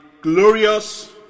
Glorious